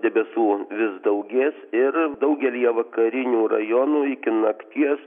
debesų vis daugės ir daugelyje vakarinių rajonų iki nakties